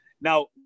now